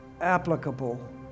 applicable